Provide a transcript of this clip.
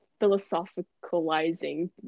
philosophicalizing